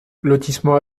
lotissement